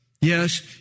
Yes